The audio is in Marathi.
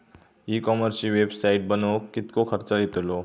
ई कॉमर्सची वेबसाईट बनवक किततो खर्च येतलो?